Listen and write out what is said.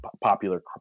popular